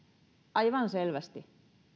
aivan selvästi